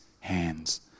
hands